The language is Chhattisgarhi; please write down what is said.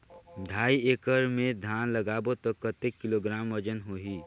ढाई एकड़ मे धान लगाबो त कतेक किलोग्राम वजन होही?